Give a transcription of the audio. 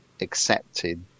accepted